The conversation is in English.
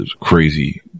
crazy